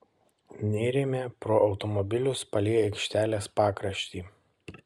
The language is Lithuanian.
nėrėme pro automobilius palei aikštelės pakraštį